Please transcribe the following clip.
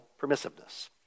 permissiveness